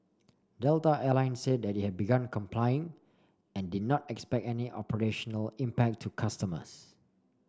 Delta Air Lines said it had begun complying and did not expect any operational impact to customers